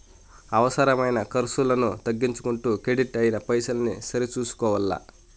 అవసరమైన కర్సులను తగ్గించుకుంటూ కెడిట్ అయిన పైసల్ని సరి సూసుకోవల్ల